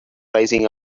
rising